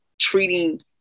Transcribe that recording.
treating